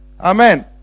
Amen